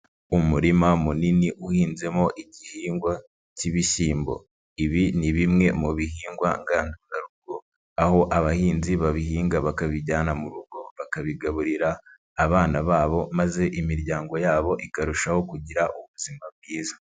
Umurima munini uhinzemo igihingwa cy'ibishyimbo. Ibi ni bimwe mu bihingwa ngandurarugo, aho abahinzi babihinga bakabijyana mu rugo bakabigaburira abana babo maze imiryango yabo ikarushaho kugira ubuzima bwiza.